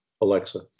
Alexa